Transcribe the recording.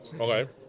Okay